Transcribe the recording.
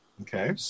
okay